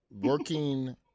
working